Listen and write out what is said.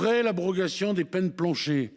Dès l’abrogation des peines planchers,